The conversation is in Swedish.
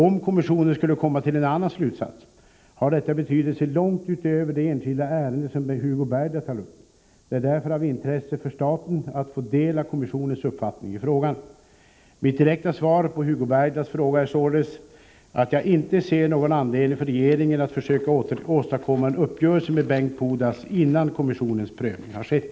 Om kommissionen skulle komma till en annan slutsats, har detta betydelse långt utöver det enskilda ärende som Hugo Bergdahl tar upp. Det är därför av intresse för staten att få del av kommissionens uppfattning i frågan. Mitt direkta svar på Hugo Bergdahls fråga är således att jag inte ser någon anledning för regeringen att försöka åstadkomma en uppgörelse med Bengt Pudas innan kommissionens prövning har skett.